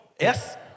Yes